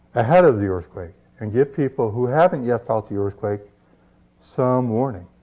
ahead of the earthquake and give people who haven't yet felt the earthquake some warning.